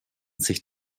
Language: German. sich